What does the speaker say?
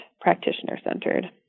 practitioner-centered